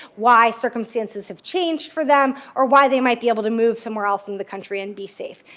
why circumstances have changed for them, or why they might be able to move somewhere else in the country and be safe.